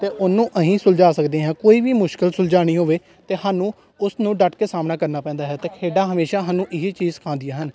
ਅਤੇ ਉਹਨੂੰ ਅਸੀਂ ਸੁਲਝਾ ਸਕਦੇ ਹਾਂ ਕੋਈ ਵੀ ਮੁਸ਼ਕਲ ਸੁਲਝਾਉਣੀ ਹੋਵੇ ਤਾਂ ਸਾਨੂੰ ਉਸਨੂੰ ਡੱਟ ਕੇ ਸਾਹਮਣਾ ਕਰਨਾ ਪੈਂਦਾ ਹੈ ਅਤੇ ਖੇਡਾਂ ਹਮੇਸ਼ਾ ਸਾਨੂੰ ਇਹੀ ਚੀਜ਼ ਸਿਖਾਉਂਦੀਆਂ ਹਨ